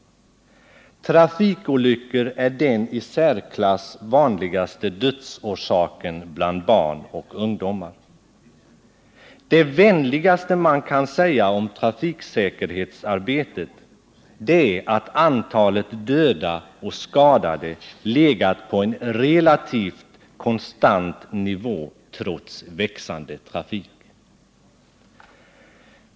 Trafikolyckor är den i särklass vanligaste dödsorsaken bland barn och ungdomar. Det vänligaste man kan säga om trafiksäkerhetsarbetet är att antalet döda och skadade legat på en relativt konstant nivå trots växande trafik.